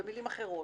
במילים אחרות,